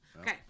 Okay